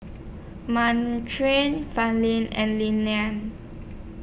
and Leland